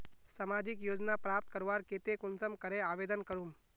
सामाजिक योजना प्राप्त करवार केते कुंसम करे आवेदन करूम?